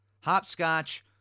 Hopscotch